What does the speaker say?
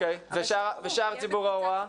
ושאר ציבור ההוראה?